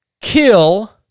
kill